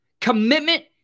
commitment